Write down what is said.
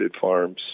farms